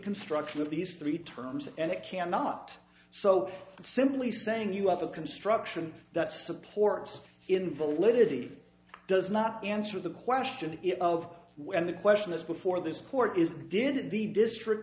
construction of these three terms and it cannot so simply saying you have a construction that supports invalidity does not answer the question of when the question is before this court is did the district